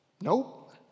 Nope